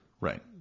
Right